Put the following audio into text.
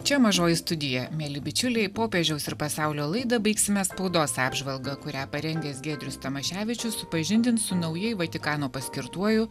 čia mažoji studija mieli bičiuliai popiežiaus ir pasaulio laidą baigsime spaudos apžvalgą kurią parengęs giedrius tamaševičius supažindins su naujai vatikano paskirtuoju